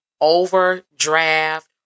overdraft